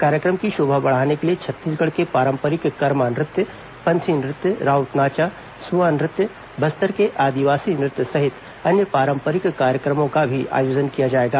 कार्यक्रम की शोभा बढ़ाने के लिए छत्तीसगढ़ के पारंपरिक कर्मा नत्य पंथी नृत्य राउत नाचा सुआ नृत्य बस्तर के आदिवासी नृत्य सहित अन्य पारम्परिक कार्यक्रम का भी आयोजन किया जाएगा